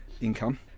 income